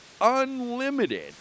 unlimited